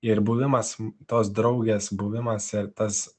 ir buvimas tos draugės buvimas ir tas